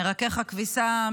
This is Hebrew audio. מרכך הכביסה,